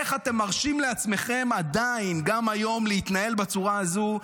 איך אתם מרשים לעצמכם עדיין גם היום להתנהל בצורה הזו,